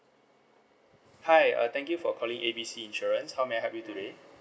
hi uh thank you for calling A B C insurance how may I help you today